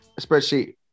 spreadsheet